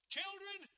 Children